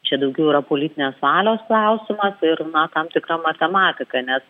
čia daugiau yra politinės valios klausimas ir na tam tikra matematika nes